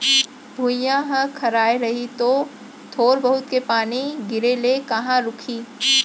भुइयॉं ह खराय रही तौ थोर बहुत के पानी गिरे ले कहॉं रूकही